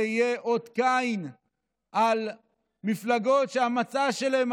זה יהיה אות קין למפלגות שהמצע שלהם